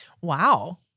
Wow